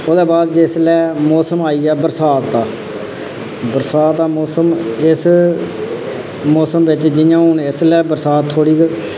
ओह्दे बाद जिसलै मौसम आई गेआ बरसांत दा बरसांत दा मौसम इस मौसम बिच जि'यां हून इसलै बरसात थोह्ड़ी